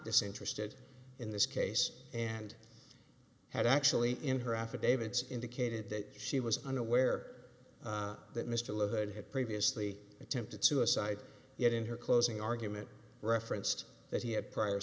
disinterested in this case and had actually in her affidavits indicated that she was unaware that mr livid had previously attempted suicide yet in her closing argument referenced that he had prior